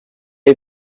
est